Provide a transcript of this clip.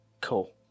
Cool